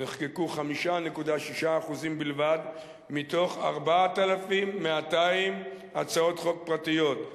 נחקקו 5.6% בלבד מתוך 4,200 הצעות חוק פרטיות,